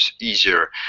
easier